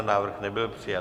Návrh nebyl přijat.